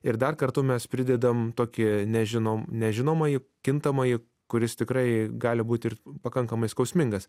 ir dar kartu mes pridedam tokį nežinom nežinomąjį kintamąjį kuris tikrai gali būt ir pakankamai skausmingas